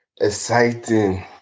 exciting